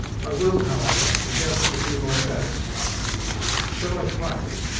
i will, however, endeavour to do my best and should i fail,